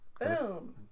Boom